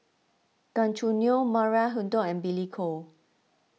Gan Choo Neo Maria Hertogh and Billy Koh